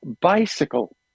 bicycle